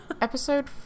Episode